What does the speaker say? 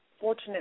fortunate